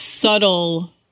Subtle